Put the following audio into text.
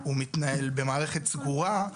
הוא מתנהל במערכת סגורה.